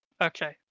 Okay